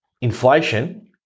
inflation